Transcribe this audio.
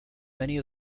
many